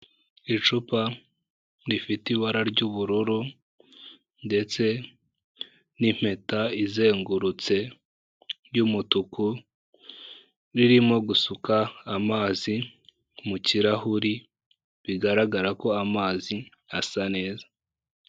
Icupa rifite ibara ry'ubururu ndetse n'impeta izengurutse y'umutuku, ririmo gusuka amazi mu kirahuri bigaragara ko amazi asa neza.